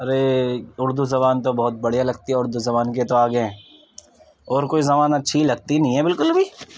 ارے اردو زبان تو بہت بڑھیا لگتی ہے اردو زبان کے تو آگے اور کوئی زبان اچھی لگتی ہی نہیں بالکل بھی